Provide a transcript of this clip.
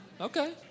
Okay